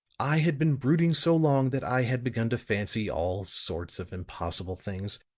i had been brooding so long that i had begun to fancy all sorts of impossible things.